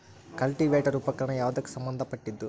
Cultivator ಉಪಕರಣ ಯಾವದಕ್ಕ ಸಂಬಂಧ ಪಟ್ಟಿದ್ದು?